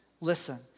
listen